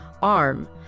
ARM